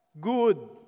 good